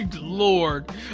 Lord